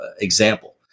example